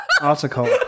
article